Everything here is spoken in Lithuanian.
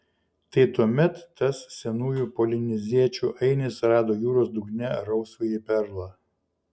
tai tuomet tas senųjų polineziečių ainis rado jūros dugne rausvąjį perlą